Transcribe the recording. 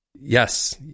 Yes